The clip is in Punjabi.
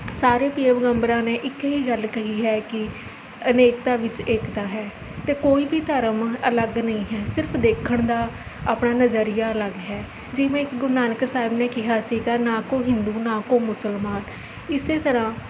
ਸਾਰੇ ਪੀਰ ਪੈਗੰਬਰਾਂ ਨੇ ਇੱਕ ਹੀ ਗੱਲ ਕਹੀ ਹੈ ਕਿ ਅਨੇਕਤਾ ਵਿੱਚ ਏਕਤਾ ਹੈ ਅਤੇ ਕੋਈ ਵੀ ਧਰਮ ਅਲੱਗ ਨਹੀਂ ਹੈ ਸਿਰਫ਼ ਦੇਖਣ ਦਾ ਆਪਣਾ ਨਜ਼ਰੀਆ ਅਲੱਗ ਹੈ ਜਿਵੇਂ ਇੱਕ ਗੁਰੂ ਨਾਨਕ ਸਾਹਿਬ ਨੇ ਕਿਹਾ ਸੀਗਾ ਨਾ ਕੋ ਹਿੰਦੂ ਨਾ ਕੋ ਮੁਸਲਮਾਨ ਇਸ ਤਰ੍ਹਾਂ